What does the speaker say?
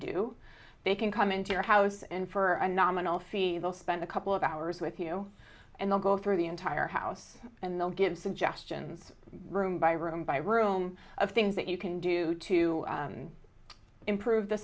do they can come into your house and for a nominal fee they'll spend a couple of hours with you and they'll go through the entire house and they'll give suggestions room by room by room of things that you can do to improve the